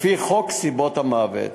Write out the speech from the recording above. לפי חוק סיבות מוות.